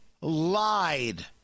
lied